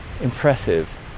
impressive